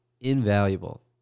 invaluable